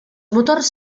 motors